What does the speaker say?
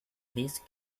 vez